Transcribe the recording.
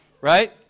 Right